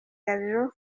gabiro